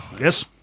Yes